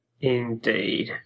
Indeed